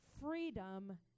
freedom